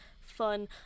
fun